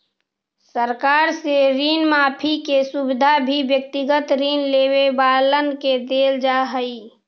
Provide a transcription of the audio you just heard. सरकार से ऋण माफी के सुविधा भी व्यक्तिगत ऋण लेवे वालन के देल जा हई